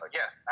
yes